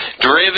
driven